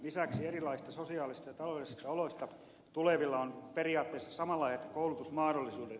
lisäksi erilaisista sosiaalisista ja taloudellisista oloista tulevilla on periaatteessa samanlaiset koulutusmahdollisuudet